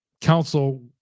council